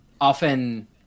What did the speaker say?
often